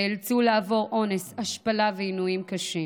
נאלצו לעבור אונס, השפלה ועינויים קשים.